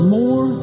more